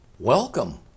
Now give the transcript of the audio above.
Welcome